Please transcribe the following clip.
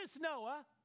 Noah